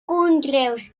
conreus